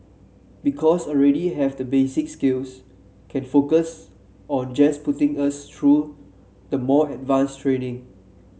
because already have the basic skills can focus on just putting us through the more advanced training